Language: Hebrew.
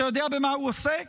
אתה יודע במה הוא עוסק?